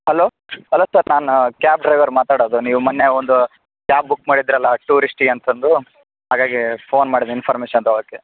hello hello sir ನಾನು cab driver ಮಾತಾಡೋದು ನೀವು ಮೊನ್ನೆ ಒಂದು ಕ್ಯಾಬ್ ಬುಕ್ ಮಾಡಿದ್ದರಲ್ಲ ಟೂರಿಸ್ಟಿಗೆ ಅಂತಂದು ಹಾಗಾಗೆ ಫೋನ್ ಮಾಡ್ದೆ ಇನ್ಫಾರ್ಮೇಶನ್ ತಗೊಳಕೆ